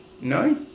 No